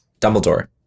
Dumbledore